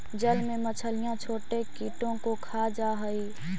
जल में मछलियां छोटे कीटों को खा जा हई